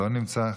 לא נמצא,